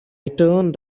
turned